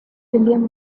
william